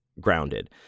grounded